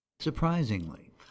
Surprisingly